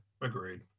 agreed